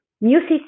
music